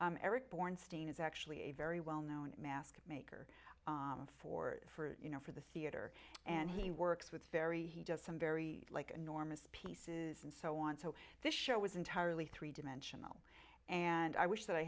is actually a very well known mask maker for for you know for the theater and he works with very he does some very like enormous pieces and so on so this show was entirely three dimensional and i wish that i